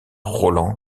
roland